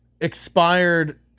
expired